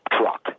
truck